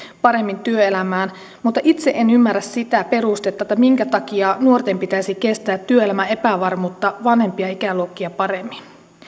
paremmin kiinni työelämään mutta itse en ymmärrä sitä perustetta minkä takia nuorten pitäisi kestää työelämän epävarmuutta vanhempia ikäluokkia paremmin